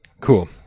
cool